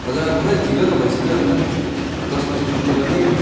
हजुर अब खोइ ढिलो त भइसक्यो अन्त दसबजे पुग्नु पर्ने